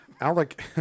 Alec